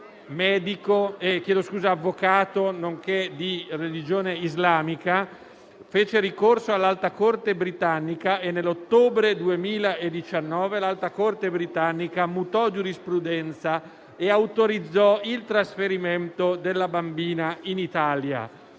Begum, avvocato nonché di religione islamica, fece ricorso all'Alta corte britannica e nell'ottobre 2019 l'Alta corte britannica mutò giurisprudenza e autorizzò il trasferimento della bambina in Italia.